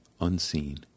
unseen